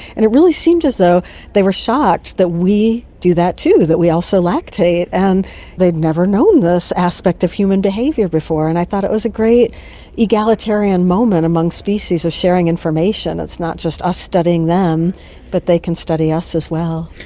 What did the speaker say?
and it really seemed as though they were shocked that we do that too, that we also lactate, and they had never known this aspect of human behaviour before. and i thought it was a great egalitarian moment among species of sharing information, it's not just us studying them but they can study us as well.